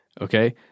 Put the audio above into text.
Okay